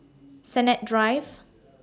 Sennett Drive